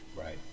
Right